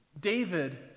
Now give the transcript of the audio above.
David